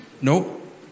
Nope